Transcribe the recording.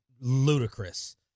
ludicrous